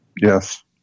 Yes